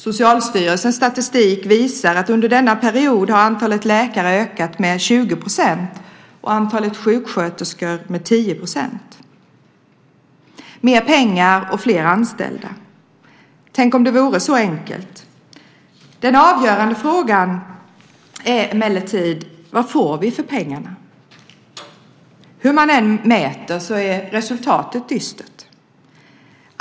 Socialstyrelsens statistik visar att under denna period har antalet läkare ökat med 20 % och antalet sjuksköterskor med 10 %. Mer pengar och fler anställda - tänk om det vore så enkelt! Den avgörande frågan är emellertid vad vi får för pengarna. Hur man än mäter är resultatet dystert.